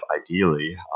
ideally